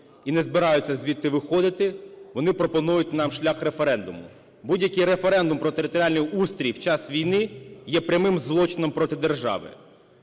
і не збираються звідти виходити, вони пропонують нам шлях референдуму. Будь-який референдум про територіальний устрій в час війни є прямим злочином проти держави.